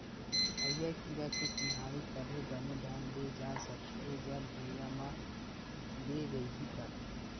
हरियर कीरा के चिन्हारी तभे बने ढंग ले जा सकथे, जब भूइयाँ म गिरे रइही तब